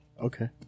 Okay